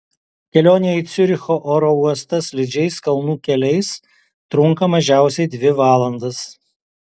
kelionė į ciuricho oro uostą slidžiais kalnų keliais trunka mažiausiai dvi valandas